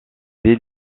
des